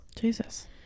Jesus